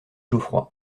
geoffroy